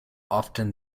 often